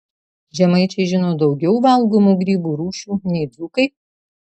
žemaičiai žino daugiau valgomų grybų rūšių nei dzūkai